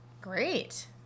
Great